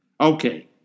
Okay